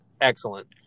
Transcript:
excellent